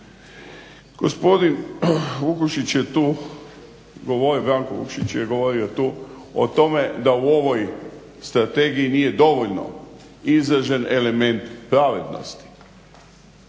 Gospodin Vukšić je govorio tu o tome da u ovoj strategiji nije dovoljno izražen element pravednosti.